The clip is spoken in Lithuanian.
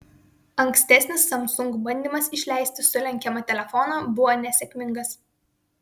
ankstesnis samsung bandymas išleisti sulenkiamą telefoną buvo nesėkmingas